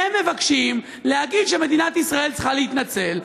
והם מבקשים להגיד שמדינת ישראל צריכה להתנצל.